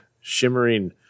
shimmering